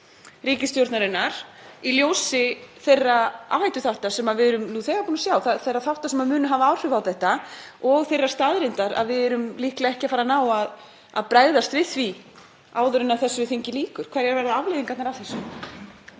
ríkisstjórnarinnar í ljósi þeirra áhættuþátta sem við erum nú þegar búin að sjá, þeirra þátta sem munu hafa áhrif á þetta og þeirrar staðreyndar að við munum líklega ekki bregðast við því áður en þessu þingi lýkur. Hverjar verða afleiðingarnar af þessu?